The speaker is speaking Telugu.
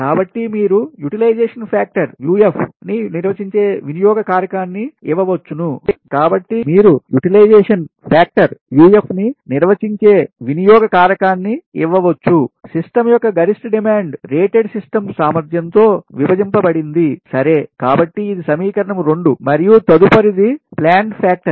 కాబట్టి మీరు యుటిలైజేషన్ ఫ్యాక్టర్ ని నిర్వచించే వినియోగ కారకాన్ని ఇవ్వవచ్చు సిస్టమ్ యొక్క గరిష్ట డిమాండ్ రేటెడ్ సిస్టమ్ సామర్థ్యంతో విభజించబడింది సరే కాబట్టి ఇది సమీకరణం 2 మరియు తదుపరిది ప్లాంట్ ఫ్యాక్టర్